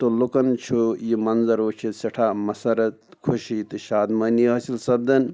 تہٕ لُکَن چھُ یہِ مَنظر وٕچھِتھ سٮ۪ٹھاہ مَسّرَت خوشی تہٕ شادمٲنی حٲصِل سَپدان